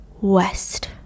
West